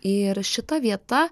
ir šita vieta